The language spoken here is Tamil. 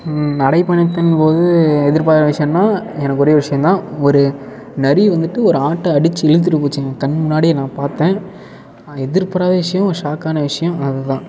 நடைப்பயணத்தின் போது எதிர்பாராத விஷயன்னா எனக்கு ஒரே விஷயம் தான் ஒரு நரி வந்துட்டு ஒரு ஆட்டை அடித்து இழுத்துட்டு போச்சு என் கண் முன்னாடியே நான் பார்த்தேன் எதிர்பாராத விஷயம் ஷாக் ஆன விஷயம் அதுதான்